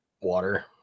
Water